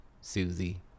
Susie